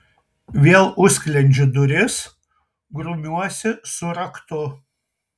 vėl užsklendžiu duris grumiuosi su raktu